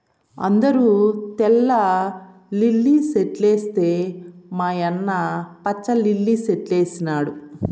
అందరూ తెల్ల లిల్లీ సెట్లేస్తే మా యన్న పచ్చ లిల్లి సెట్లేసినాడు